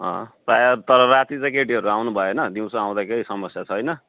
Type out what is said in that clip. प्रायः तर राति चाहिँ केटीहरू आउनुभएन दिउँसो आउँदा केही समस्या छैन